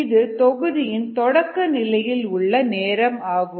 இது தொகுதியின் தொடக்க நிலையில் உள்ள நேரம் ஆகும்